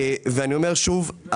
ואני אומר שוב,